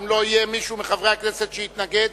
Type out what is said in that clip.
אם לא יהיה מישהו מחברי הכנסת שיתנגד,